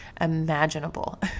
imaginable